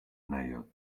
نیاد